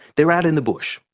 they're out in the bush,